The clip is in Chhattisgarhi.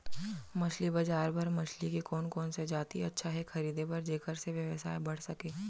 मछली बजार बर मछली के कोन कोन से जाति अच्छा हे खरीदे बर जेकर से व्यवसाय बढ़ सके?